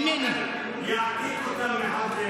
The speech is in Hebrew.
למה אתה לא הגשת אותה, יעתיק אותה מאחד לאחד.